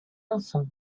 enfants